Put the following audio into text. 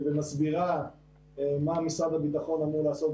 ומסבירה מה משרד הביטחון אמור לעשות,